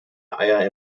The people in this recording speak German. eier